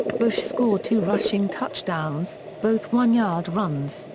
bush scored two rushing touchdowns, both one-yard runs,